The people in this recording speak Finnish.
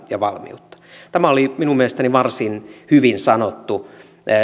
ja valmiutta tämä oli minun mielestäni varsin hyvin sanottu